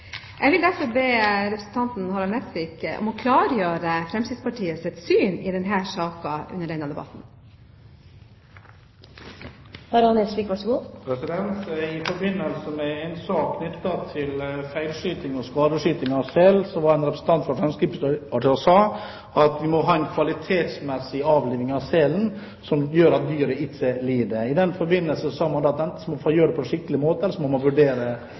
Jeg vil derfor be representanten Harald Nesvik om å klargjøre Fremskrittspartiets syn i denne saken under denne debatten. I forbindelse med en sak knyttet til feilskyting og skadeskyting av sel var en representant for Fremskrittspartiet ute og sa at vi må ha en kvalitetsmessig avliving av selen, som gjør at dyret ikke lider. I den forbindelse sa man at enten må man gjøre det på en skikkelig måte, eller så må man eventuelt vurdere at de som driver med det, må